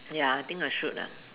ya I think I should ah